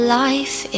life